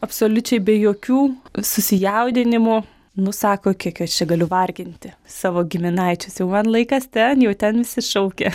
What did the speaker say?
absoliučiai be jokių susijaudinimo nu sako kiek aš čia galiu varginti savo giminaičius jau man laikas ten jau ten visi šaukia